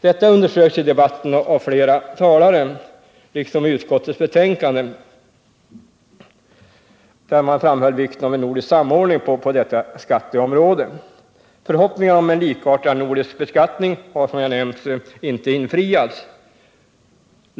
Detta underströks i debatten av flera talare, som liksom utskottet framhöll vikten av en nordisk samordning på detta skatteområde. Förhoppningarna om en likartad nordisk beskattning har som jag nämnt inte infriats.